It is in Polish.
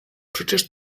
przecież